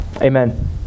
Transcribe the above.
Amen